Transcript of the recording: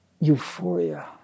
euphoria